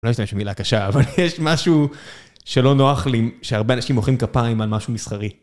לא אשתמש במילה קשה, אבל יש משהו שלא נוח לי, שהרבה אנשים מוחאים כפיים על משהו מסחרי.